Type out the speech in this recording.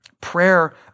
Prayer